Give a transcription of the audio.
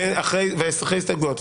אחרי ההסתייגויות,